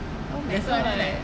oh my god